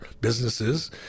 businesses